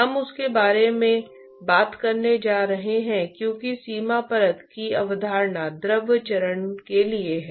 हम ठोस के बारे में सब कुछ जानते हैं और सतह का तापमान भी जानते हैं